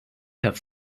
have